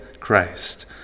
Christ